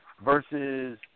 versus